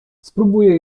spróbuję